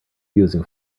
using